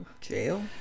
Jail